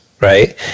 right